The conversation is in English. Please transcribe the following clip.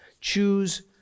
choose